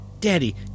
Daddy